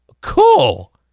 cool